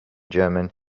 german